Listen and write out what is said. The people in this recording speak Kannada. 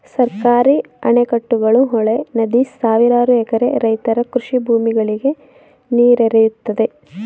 ಸರ್ಕಾರಿ ಅಣೆಕಟ್ಟುಗಳು, ಹೊಳೆ, ನದಿ ಸಾವಿರಾರು ಎಕರೆ ರೈತರ ಕೃಷಿ ಭೂಮಿಗಳಿಗೆ ನೀರೆರೆಯುತ್ತದೆ